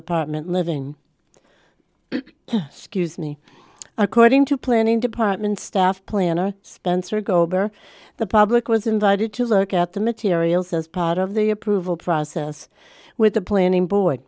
apartment living scuse me according to planning department staff planner spencer go better the public was invited to look at the materials as part of the approval process with the planning bo